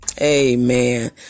Amen